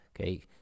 okay